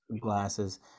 glasses